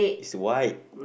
is white